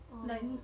orh